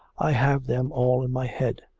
i have them all in my head.